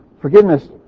forgiveness